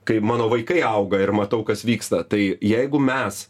kai mano vaikai auga ir matau kas vyksta tai jeigu mes